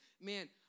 man